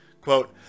Quote